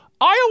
Iowa